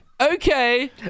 Okay